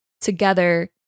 together